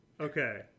Okay